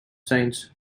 science